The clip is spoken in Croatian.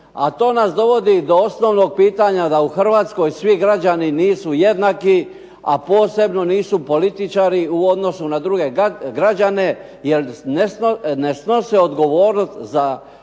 A to nas dovodi do osnovnog pitanja, da u Hrvatskoj svi građani nisu jednaki, a posebno nisu političari u odnosu na druge građane, jer ne snose odgovornost za